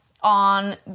on